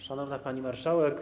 Szanowna Pani Marszałek!